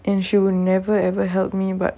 and she would never ever help me but